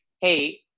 hey